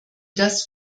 das